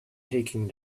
taking